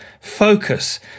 focus